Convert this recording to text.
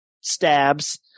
stabs